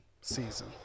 season